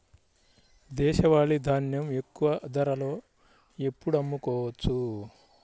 దేశవాలి ధాన్యం ఎక్కువ ధరలో ఎప్పుడు అమ్ముకోవచ్చు?